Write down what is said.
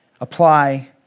apply